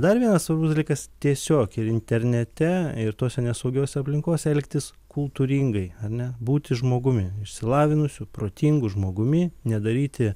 dar vienas turbūt dalykas tiesiog ir internete ir tose nesaugiose aplinkose elgtis kultūringai ar ne būti žmogumi išsilavinusiu protingu žmogumi nedaryti